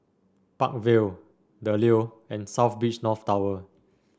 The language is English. Park Vale The Leo and South Beach North Tower